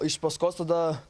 iš paskos tada